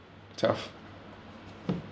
tough